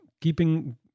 keeping